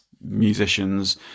musicians